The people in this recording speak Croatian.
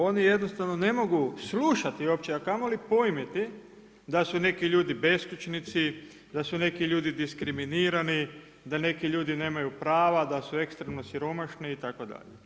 Oni jednostavno ne mogu slušati opće, a kamoli pojmiti da su neki ljudi beskućnici, da su neki ljudi diskriminirani, da neki ljudi nemaju prava, da su ekstremno siromašni itd.